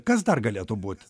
kas dar galėtų būt